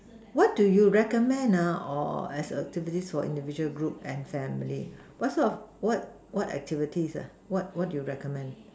what do you recommend ah or as activities for individual group and family what sort of what what activities ah what what do you recommend